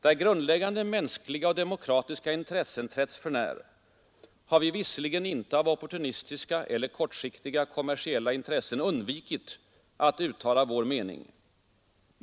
Där grundläggande mänskliga och demokratiska intressen trätts för när, har vi visserligen inte av oppotunistiska eller kortsiktiga kommersiella intressen undvikit att uttala vår mening.